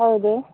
ಹೌದು